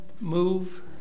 move